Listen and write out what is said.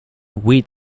wheat